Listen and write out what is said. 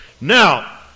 Now